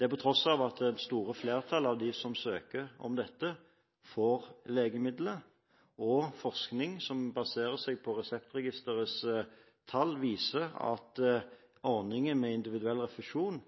det på tross av at det store flertall av dem som søker om dette, får legemidlet, og at forskning som baserer seg på Reseptregisterets tall, viser at ordningen med individuell refusjon